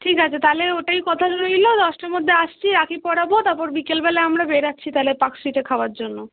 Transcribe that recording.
ঠিক আছে তাহলে ওটাই কথা রইলো দশটার মধ্যে আসছি রাখি পরাবো তাপর বিকেলবেলা আমরা বেরচ্ছি তাহলে পার্কস্ট্রিটে খাবার জন্য